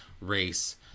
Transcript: race